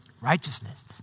Righteousness